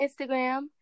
Instagram